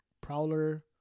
Prowler